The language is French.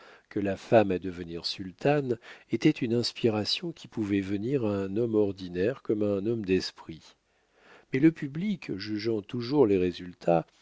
que la femme à devenir sultane était une inspiration qui pouvait venir à un homme ordinaire comme à un homme d'esprit mais le public jugeant toujours les résultats